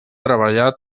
treballar